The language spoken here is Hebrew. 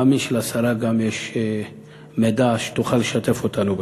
אני מאמין שגם לשרה יש מידע שהיא תוכל לשתף אותנו בו.